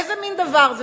איזה מין דבר זה?